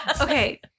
Okay